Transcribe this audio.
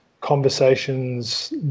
conversations